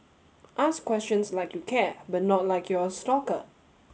ask questions like you care but not like you're a stalker